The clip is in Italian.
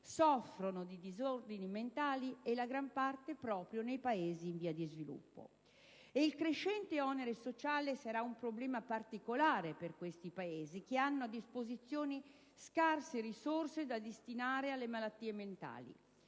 soffrono di disordini mentali, la gran parte proprio nei Paesi in via di sviluppo. E il crescente onere sociale sarà un problema particolare per questi Paesi, che dispongono di scarse risorse da destinare alle malattie mentali.